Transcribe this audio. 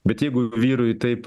bet jeigu vyrui taip